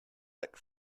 look